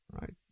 Right